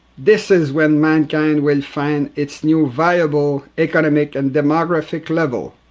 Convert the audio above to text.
this is when mankind will find its new viable economic and demographic level.